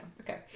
okay